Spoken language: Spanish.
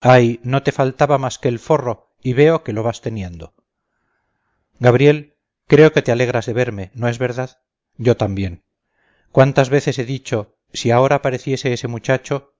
ay no te faltaba más que el forro y veo que lo vas teniendo gabriel creo que te alegras de verme no es verdad yo también cuántas veces he dicho si ahora apareciese ese muchacho